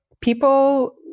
people